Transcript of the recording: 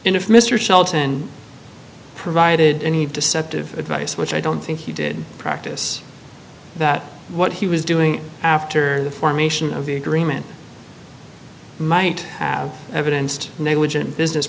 and if mr shelton provided any deceptive advice which i don't think he did practice that what he was doing after the formation of the agreement might have evidence to negligent business